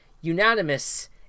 unanimous